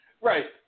Right